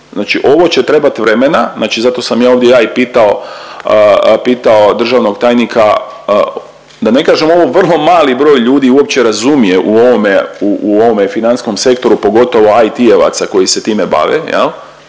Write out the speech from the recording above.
ovo će trebat vremena, znači zato sam ja ovdje ja i pitao, pitao državnog tajnika, da ne kažem ovo vrlo mali broj ljudi uopće razumije u ovome, u ovome financijskom sektoru, pogotovo IT-ovaca koji se time bave